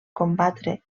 combatre